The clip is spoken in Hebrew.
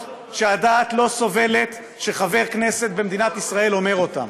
שהדעת לא סובלת שחבר כנסת במדינת ישראל אומר אותן.